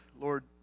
Lord